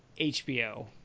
HBO